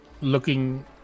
looking